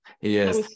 yes